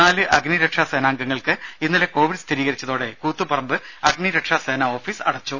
നാല് അഗ്നി അ രക്ഷാ സേനാംഗങ്ങൾക്ക് ഇന്നലെ കോവിഡ് സ്ഥിരീകരിച്ചതോടെ കൂത്തുപറമ്പ് അഗ്നി രക്ഷാ സേന ഓഫീസ് അടച്ചു